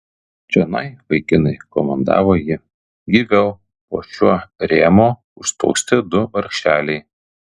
čionai vaikinai komandavo ji gyviau po šiuo rėmo užspausti du vargšeliai